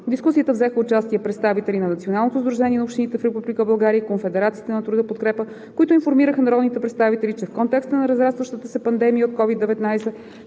В дискусията взеха участие представители на Националното сдружение на общините в Република България и Конфедерацията на труда „Подкрепа“, които информираха народните представители, че в контекста на разрастващата се пандемия от COVID-19